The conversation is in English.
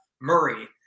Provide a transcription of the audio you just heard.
Murray